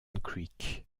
creek